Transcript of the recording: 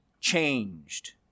changed